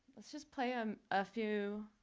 let's just play them a few,